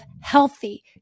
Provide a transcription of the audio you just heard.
healthy